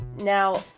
Now